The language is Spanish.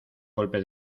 golpe